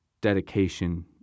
dedication